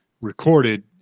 recorded